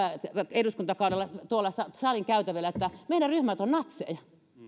eduskuntakaudella tuollaista salin käytävillä että meidän ryhmäläiset ovat natseja